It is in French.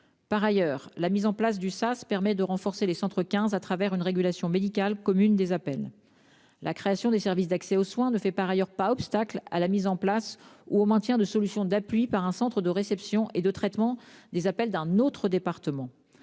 Par ailleurs, la mise en place du service d'accès aux soins (SAS) permet de renforcer les centres 15 à travers une régulation médicale commune des appels. La création des SAS ne fait par ailleurs pas obstacle à la mise en place ou au maintien de solutions d'appui par un centre de réception et de traitement des appels d'un autre département.